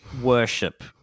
worship